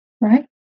Right